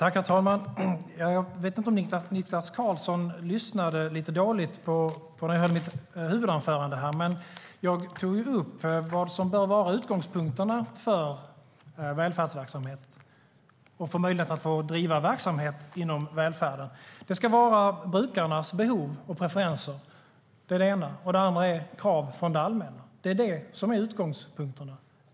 Herr talman! Jag vet inte om Niklas Karlsson lyssnade lite dåligt på mitt huvudanförande då jag tog upp vad som bör vara utgångspunkterna för välfärdsverksamhet och för möjligheten att få driva verksamhet inom välfärden. Det ena är brukarnas behov och preferenser; det andra är krav från det allmänna. Det är utgångspunkterna.